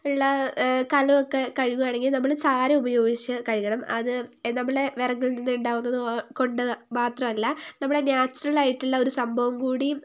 ഉള്ള കലമൊക്കെ കഴുകുകയാണെങ്കിൽ നമ്മൾ ചാരം ഉപയോഗിച്ച് കഴുകണം അതു നമ്മുടെ വിറകിൽനിന്ന് ഉണ്ടാവുന്നതുകൊണ്ട് മാത്രമല്ല നമ്മുടെ നാച്ചുറലായിട്ടുള്ള ഒരു സംഭവം കൂടി